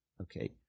Okay